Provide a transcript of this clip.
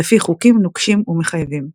לפי חוקים נוקשים ומחייבים.